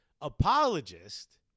apologist